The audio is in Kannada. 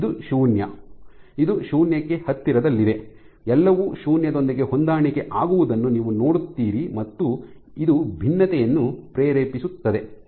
ಇದು ಶೂನ್ಯ ಇದು ಶೂನ್ಯಕ್ಕೆ ಹತ್ತಿರದಲ್ಲಿದೆ ಎಲ್ಲವೂ ಶೂನ್ಯದೊಂದಿಗೆ ಹೊಂದಾಣಿಕೆ ಆಗುವುದನ್ನು ನೀವು ನೋಡುತ್ತೀರಿ ಮತ್ತು ಇದು ಭಿನ್ನತೆಯನ್ನು ಪ್ರೇರೇಪಿಸುತ್ತದೆ